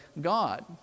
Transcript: God